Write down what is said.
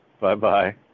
Bye-bye